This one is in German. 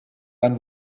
dann